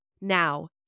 Now